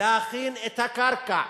להכין את הקרקע